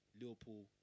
Liverpool